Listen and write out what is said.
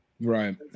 Right